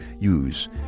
use